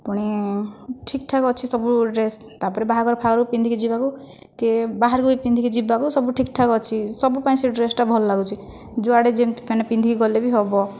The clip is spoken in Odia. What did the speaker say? ପୁଣି ଠିକ୍ଠାକ୍ ଅଛି ସବୁ ଡ୍ରେସ୍ ତା'ପରେ ବାହାଘର ଫାହାଘରକୁ ପିନ୍ଧିକି ଯିବାକୁ କି ବାହାରକୁ ବି ପିନ୍ଧିକି ଯିବାକୁ ସବୁ ଠିକ୍ଠାକ୍ ଅଛି ସବୁପାଇଁ ସେ ଡ୍ରେସ୍ଟା ଭଲଲାଗୁଛି ଯୁଆଡ଼େ ଯେମିତି ମାନେ ପିନ୍ଧିକି ଗଲେ ବି ହେବ